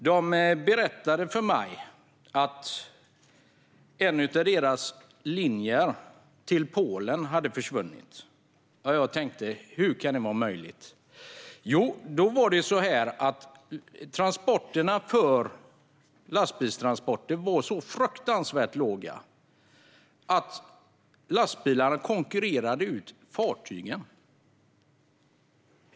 De berättade att en av deras linjer till Polen hade försvunnit. Hur kan det vara möjligt, tänkte jag. Jo, priserna för lastbilstransporter är så låga att lastbilarna konkurrerar ut fartygen.